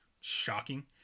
shocking